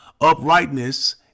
uprightness